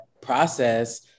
process